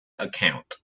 account